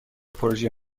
پروژه